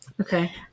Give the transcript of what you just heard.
Okay